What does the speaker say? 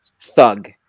thug